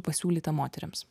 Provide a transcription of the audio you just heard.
pasiūlyta moterims